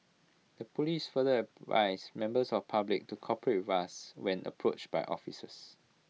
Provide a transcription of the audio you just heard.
the Police further advised numbers of public to cooperate with us when approached by officers